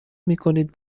میکنید